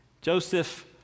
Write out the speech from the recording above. Joseph